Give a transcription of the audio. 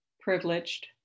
privileged